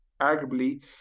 arguably